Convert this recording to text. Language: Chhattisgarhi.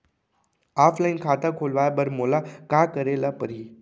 ऑफलाइन खाता खोलवाय बर मोला का करे ल परही?